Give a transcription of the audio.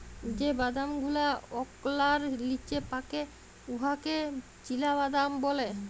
যে বাদাম গুলা ওকলার লিচে পাকে উয়াকে চিলাবাদাম ব্যলে